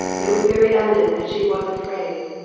it was very evident that she was afraid.